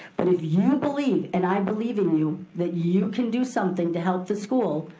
but if you believe, and i believe in you, that you can do something to help the school,